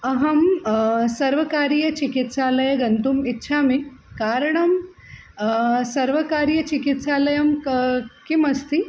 अहं सर्वकारीयचिकित्सालयं गन्तुम् इच्छामि कारणं सर्वकारीयचिकित्सालयं किं किमस्ति